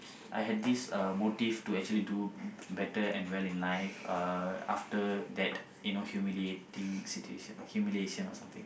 I had this uh motive to actually do better and well in life uh after that you know that humiliating situation humiliation or something